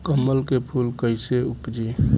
कमल के फूल कईसे उपजी?